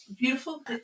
beautiful